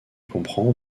comprend